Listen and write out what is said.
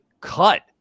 cut